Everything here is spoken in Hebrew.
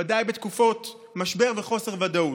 ודאי בתקופות משבר וחוסר ודאות.